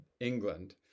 england